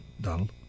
Donald